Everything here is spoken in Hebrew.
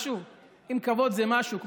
כבוד זה משהו?